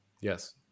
Yes